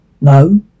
No